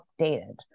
updated